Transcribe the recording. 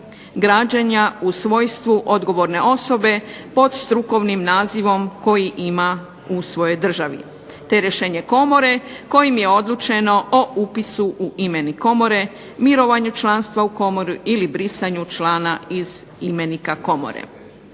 građenja u svojstvu odgovorne osobe pod strukovnim nazivom koji ima u svojoj državi te rješenje Komore kojim je odlučeno o upisu u imenik Komore, mirovanju članstva u Komori ili brisanju člana iz imenika Komore.